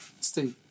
stay